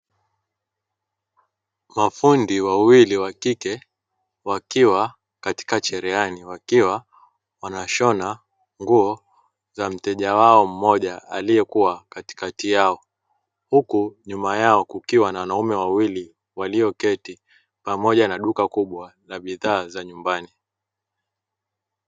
Kwa fundi wawili wa kike wakiwa katika cherehani wakiwa wanashona nguo za mteja wao mmoja aliyekuwa katikati yao, huku nyuma yao kukiwa na wanaume wawili walioketi pamoja na duka kubwa na bidhaa za nyumbani.